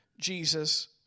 Jesus